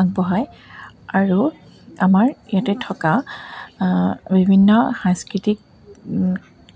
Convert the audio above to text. আগবঢ়ায় আৰু আমাৰ ইয়াতে থকা বিভিন্ন সাংস্কৃতিক